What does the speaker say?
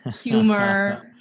humor